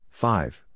five